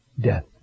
Death